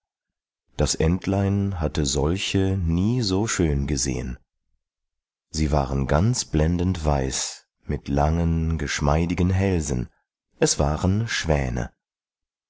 das entlein hatte solche nie so schön gesehen sie waren ganz blendend weiß mit langen geschmeidigen hälsen es waren schwäne